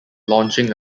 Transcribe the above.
launching